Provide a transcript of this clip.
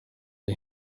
uri